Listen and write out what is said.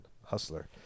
hustler